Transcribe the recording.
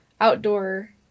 outdoor